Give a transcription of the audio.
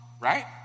right